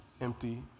empty